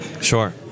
Sure